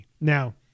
Now